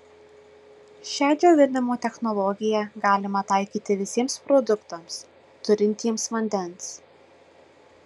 šią džiovinimo technologiją galima taikyti visiems produktams turintiems vandens